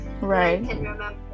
Right